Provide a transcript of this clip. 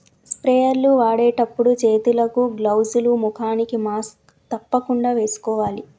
sprayer లు వాడేటప్పుడు చేతులకు గ్లౌజ్ లు, ముఖానికి మాస్క్ తప్పకుండా వేసుకోవాలి